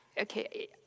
Okay